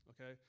okay